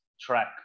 track